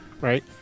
right